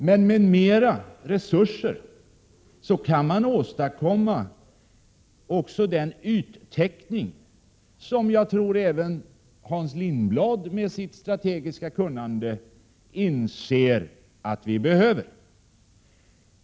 Men med mera resurser kan man åstadkomma också den yttäckning som jag tror att Hans Lindblad med sitt strategiska kunnande inser att vi behöver.